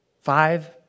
Five